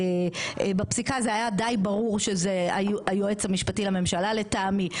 בפסיקה זה היה די ברור שזה היועץ המשפטי לממשלה לטעמי,